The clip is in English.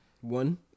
One